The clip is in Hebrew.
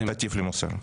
אל תטיף לי מוסר.